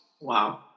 Wow